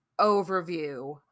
overview